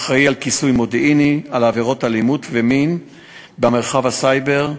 אחראי לכיסוי מודיעיני של עבירות אלימות ומין במרחב הסייבר,